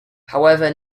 however